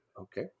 Okay